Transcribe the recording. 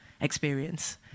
experience